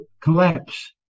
collapse